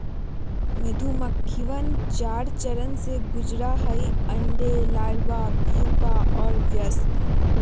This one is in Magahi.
मधुमक्खिवन चार चरण से गुजरा हई अंडे, लार्वा, प्यूपा और वयस्क